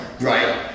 Right